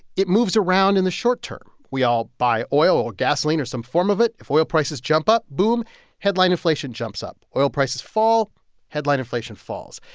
it moves around in the short term. we all buy oil or gasoline or some form of it. if oil prices jump up boom headline inflation jumps up. oil prices fall headline inflation falls.